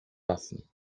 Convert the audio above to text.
lassen